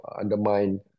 undermine